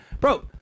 Bro